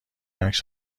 عکس